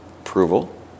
approval